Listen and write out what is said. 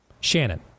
shannon